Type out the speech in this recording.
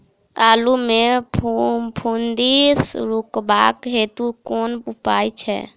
आलु मे फफूंदी रुकबाक हेतु कुन उपाय छै?